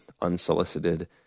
unsolicited